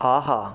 ஆஹா